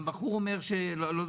דניאל אומר שחלק